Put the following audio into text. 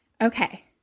okay